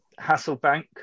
Hasselbank